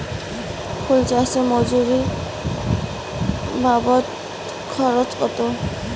ফুল চাষে মজুরি বাবদ খরচ কত?